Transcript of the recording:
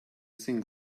think